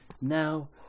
Now